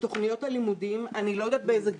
לתכניות הלימודים, אני לא יודעת באיזה גיל,